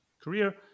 career